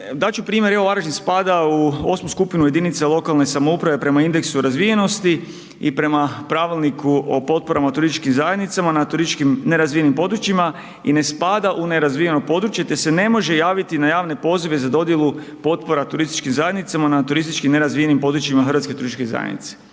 Dat ću primjer, evo Varaždin spada u osmu skupinu jedinica lokalne samouprave prema indeksu razvijenosti i prema Pravilniku o potporama u turističkim zajednicama na turističkim nerazvijenim područjima i ne spada u nerazvijeno područje, te se ne može javiti na javne pozive za dodjelu potpora turističkim zajednicama na turistički nerazvijenim područjima Hrvatske turističke zajednice.